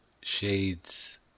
shades